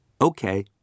Okay